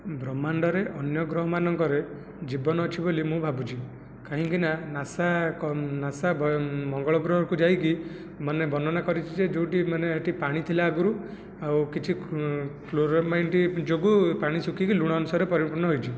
ବ୍ରହ୍ମାଣ୍ଡରେ ଅନ୍ୟ ଗ୍ରହମାନଙ୍କରେ ଜୀବନ ଅଛି ବୋଲି ମୁଁ ଭାବୁଛି କାହିଁକିନା ନାସା ନାସା ମଙ୍ଗଳ ଗ୍ରହକୁ ଯାଇକି ମାନେ ବର୍ଣ୍ଣନା କରିଛି ଯେ ଯେଉଁଠି ମାନେ ଏଠି ପାଣି ଥିଲା ଆଗରୁ ଆଉ କିଛି ଫ୍ଲୋରାମାଇଟ ଯୋଗୁଁ ପାଣି ଶୁଖିକି ଲୁଣ ଅଂଶରେ ପରିବର୍ତ୍ତନ ହୋଇଛି